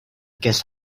guess